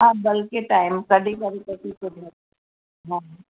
हा बल्की टाइम कढी करे हा